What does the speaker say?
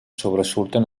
sobresurten